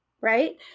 right